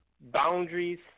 boundaries